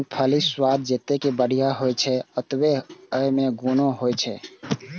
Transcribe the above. मूंगफलीक स्वाद जतेक बढ़िया होइ छै, ओतबे अय मे गुणो होइ छै